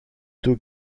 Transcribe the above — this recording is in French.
tôt